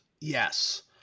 Yes